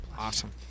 Awesome